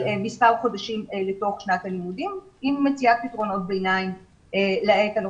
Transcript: מספר חודשים לתוך שנת הלימודים עם מציאת פתרונות ביניים לעת הנוכחית.